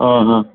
आं हां